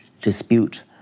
dispute